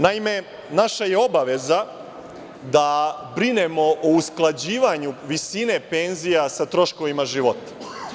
Naime, naša je obaveza da brinemo o usklađivanju visine penzija sa troškovima života.